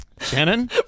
Shannon